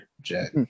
Jack